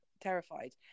terrified